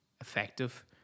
effective